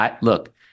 Look